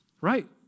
right